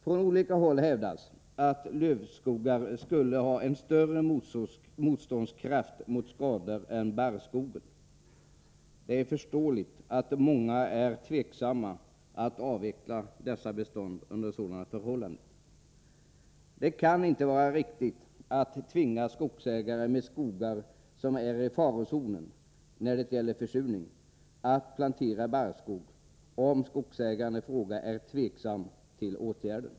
Från olika håll hävdas att lövskogar skulle ha en större motståndskraft mot skador än barrskogen. Det är förståeligt att många under sådana förhållanden är tveksamma till att avveckla dessa bestånd. Det kan inte vara riktigt att tvinga skogsägare med skogar som är i farozonen när det gäller försurning att plantera barrskog om skogsägaren i fråga är tveksam till åtgärden.